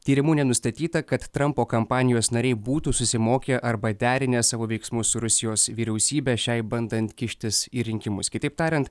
tyrimu nenustatyta kad trampo kampanijos nariai būtų susimokę arba derinę savo veiksmus su rusijos vyriausybe šiai bandant kištis į rinkimus kitaip tariant